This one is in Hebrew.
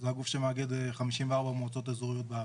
זה הגוף שמאגד 54 מועצות אזוריות בארץ.